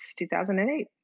2008